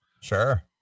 Sure